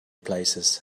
places